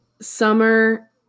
Summer